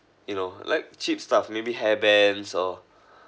you know like cheap stuff maybe hair bands or